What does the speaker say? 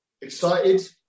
excited